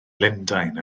lundain